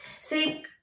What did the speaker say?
See